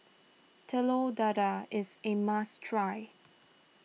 Telur Dadah is a must try